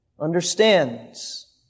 understands